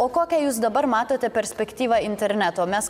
o kokią jus dabar matote perspektyvą interneto mes